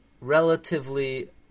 relatively